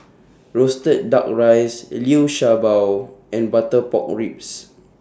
Roasted Duck Rice Liu Sha Bao and Butter Pork Ribs